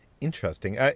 Interesting